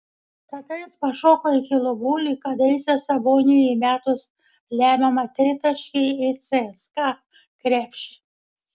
tada jis pašoko iki lubų lyg kadaise saboniui įmetus lemiamą tritaškį į cska krepšį